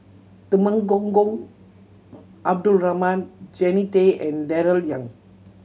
Temenggong Abdul Rahman Jannie Tay and Darrell Ang